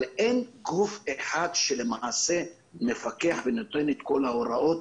אבל אין גוף אחד שלמעשה מפקח ונותן את כל ההוראות